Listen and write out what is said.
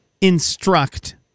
instruct